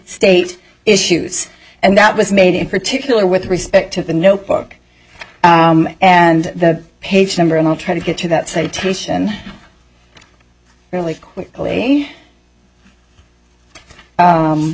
state issues and that was made in particular with respect to the notebook and the page number and i'll try to get to that citation fairly quickly